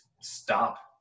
stop